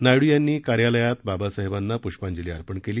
नायडू यांनी कार्यालयात बाबासाहेबांना पुष्पांजली अर्पण केली